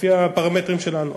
לפי הפרמטרים שלנו.